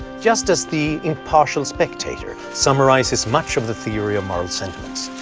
just as the impartial spectator summarizes much of the theory of moral sentiments,